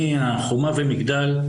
אני החומה ומגדל.